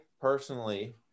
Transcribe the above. personally